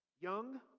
young